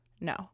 No